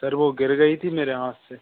sir वह गिर गई थी मेरे हाथ से